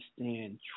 understand